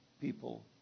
people